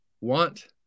want